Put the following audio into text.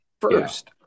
first